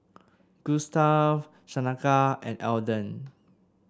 Gustav Shaneka and Elden